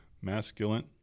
Masculine